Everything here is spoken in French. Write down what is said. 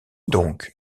donc